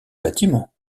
bâtiment